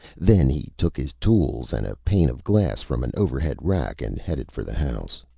then he took his tools and a pane of glass from an overhead rack and headed for the house.